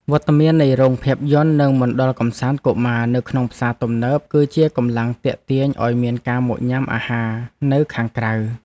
វត្តមាននៃរោងភាពយន្តនិងមណ្ឌលកម្សាន្តកុមារនៅក្នុងផ្សារទំនើប គឺជាកម្លាំងទាក់ទាញឱ្យមានការមកញ៉ាំអាហារនៅខាងក្រៅ។